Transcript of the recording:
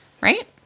right